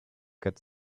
cut